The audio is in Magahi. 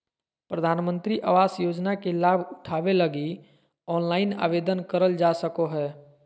प्रधानमंत्री आवास योजना के लाभ उठावे लगी ऑनलाइन आवेदन करल जा सको हय